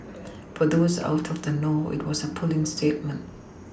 for those out of the know it was a puling statement